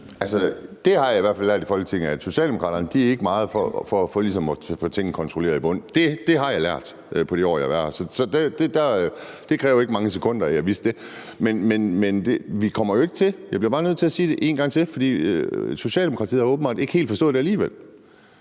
Det har jeg i hvert fald lært i Folketinget: at Socialdemokraterne ikke er meget for at få tingene kontrolleret i bund. Det har jeg lært i de år, jeg har været her. Det krævede ikke mange sekunder, før jeg vidste det. Jeg bliver bare nødt til at sige det en gang til, fordi Socialdemokratiet åbenbart alligevel ikke har forstået det. Tingene